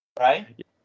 Right